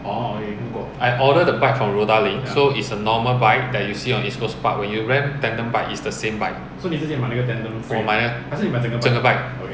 I ordered the bike from rodalink so it's a normal bike that you see on east coast park when you rent tandem bike it's the same bike 我买整个 bike